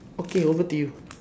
okay over to you